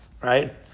right